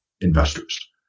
investors